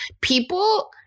people